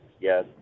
yes